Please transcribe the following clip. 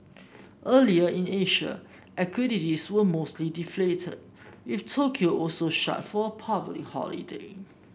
earlier in Asia equities were mostly deflated with Tokyo also shut for a public holiday